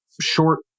short